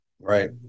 Right